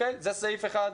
זה סעיף אחד.